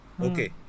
Okay